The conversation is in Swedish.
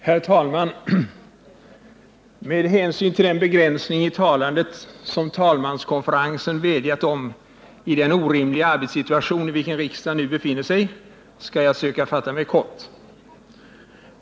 Herr talman! Med hänsyn till den begränsning av talandet som talmanskonferensen vädjat om i den orimliga arbetssituation riksdagen nu befinner 9” sig i skall jag söka fatta mig kort.